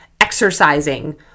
exercising